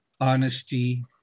honesty